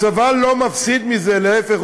הצבא לא מפסיד מזה, להפך.